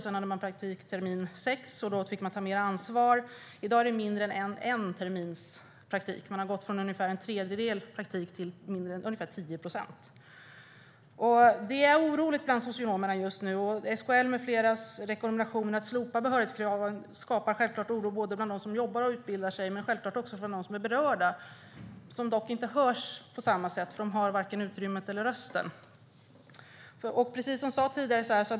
Sedan hade man praktik termin sex. Då fick man ta mer ansvar. I dag är det mindre än en termins praktik. Det har gått från ungefär en tredjedel praktik till ungefär 10 procent. Det är oroligt bland socionomerna just nu. SKL:s med fleras rekommendation att slopa behörighetskraven skapar självklart oro bland dem som jobbar, dem som utbildar sig och dem som är berörda. De hörs dock inte på samma sätt eftersom de varken har utrymmet eller rösten.